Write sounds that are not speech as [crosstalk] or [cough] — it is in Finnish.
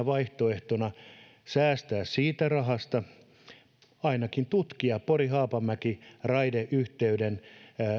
[unintelligible] vaihtoehtona siitä rahasta säästämiseksi olisi ainakin tutkia pori haapamäki raideyhteyden